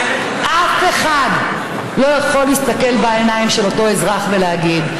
אף אחד לא יכול להסתכל בעיניים של אותו אזרח ולהגיד,